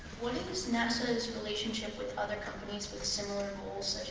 is nasa's relationship with other companies with similar goals,